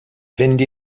fynd